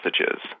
messages